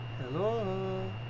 Hello